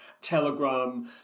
Telegram